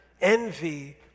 envy